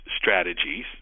strategies